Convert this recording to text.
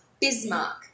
Bismarck